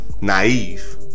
naive